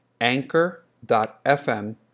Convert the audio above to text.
anchor.fm